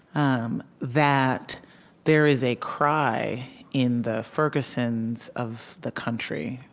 um that there is a cry in the fergusons of the country,